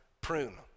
prune